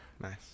Nice